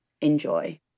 Enjoy